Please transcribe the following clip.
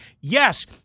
Yes